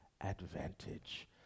advantage